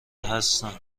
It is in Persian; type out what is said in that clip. هستم